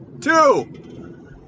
two